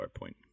PowerPoint